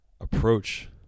approach